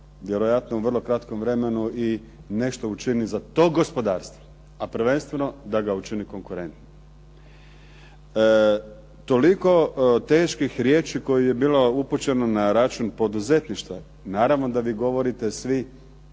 vjerojatno u vrlo kratkom vremenu i nešto učini za to gospodarstvo, a prvenstveno da ga učini konkurentnim. Toliko teških riječi kojih je bilo upućeno na račun poduzetništva, naravno da vi govorite svi